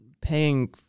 paying